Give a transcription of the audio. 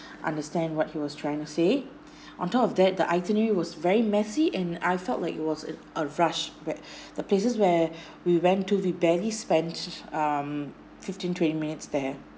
understand what he was trying to say on top of that the itinerary was very messy and I felt like it was a a rush where the places where we went to we barely spent um fifteen twenty minutes there